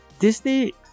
Disney